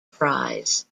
prize